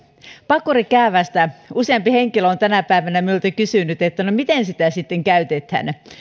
pakurikäävästä useampi henkilö on tänä päivänä minulta kysynyt miten sitä sitten käytetään